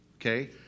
Okay